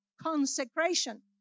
consecration